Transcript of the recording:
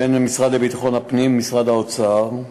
בין המשרד לביטחון הפנים למשרד האוצר,